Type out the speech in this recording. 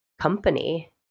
company